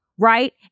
Right